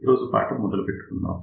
ఇవాల్టి ఉపన్యాసము ను ప్రారంబిద్దాము